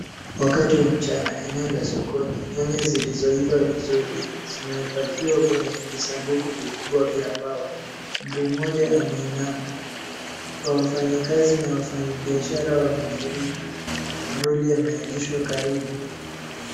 Wakati wa mchana sokoni ,nyanya zilizoiva vizuri zimepakiwa kwenye vijisanduku vikubwa vya mbao. Mtu mmoja ameinama. Wafanyikazi na wafanyibiashara wamefurika maroli yameegeshwa karibu.